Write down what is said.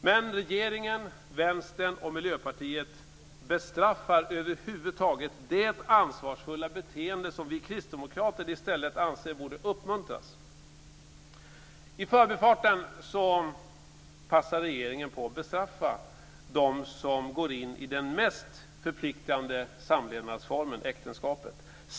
Men regeringen, Vänstern och Miljöpartiet bestraffar över huvud taget det ansvarsfulla beteende som vi kristdemokrater i stället anser borde uppmuntras. I förbifarten passar regeringen på att bestraffa dem som går in i den mest förpliktigande samlevnadsformen, äktenskapet.